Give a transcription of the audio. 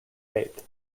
faith